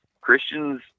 Christians